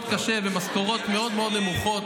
אני לא אופוזיציה.